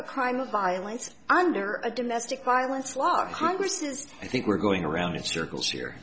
a crime of violence under a domestic violence law congress is i think we're going around in circles here